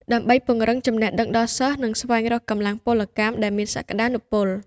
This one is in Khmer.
ដើម្បីពង្រឹងចំណេះដឹងដល់សិស្ស និងស្វែងរកកម្លាំងពលកម្មដែលមានសក្តានុពល។